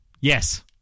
Yes